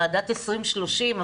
ועדת 2030,